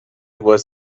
was